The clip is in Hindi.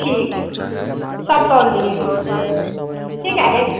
ठीक है सब तौल दिए हैं ठीक है एक